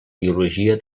biologia